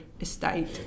estate